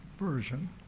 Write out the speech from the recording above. Version